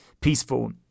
peaceful